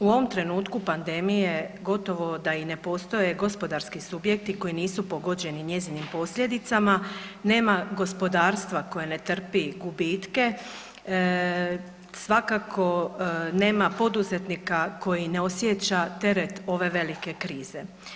U ovom trenutku pandemije gotovo da i ne postoje gospodarski subjekti koji nisu pogođeni njezinim posljedicama, nema gospodarstva koje ne trpi gubitke, svakako nema poduzetnika koji ne osjeća teret ove velike krize.